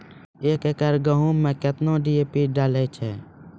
एक एकरऽ गेहूँ मैं कितना डी.ए.पी डालो?